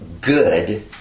good